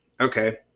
okay